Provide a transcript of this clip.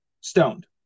stoned